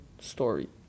story